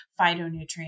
phytonutrients